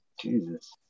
Jesus